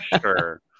Sure